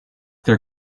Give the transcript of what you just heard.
their